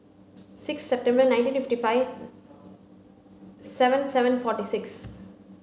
six September nineteen fifty five seven seven forty six